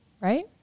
right